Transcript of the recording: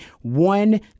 one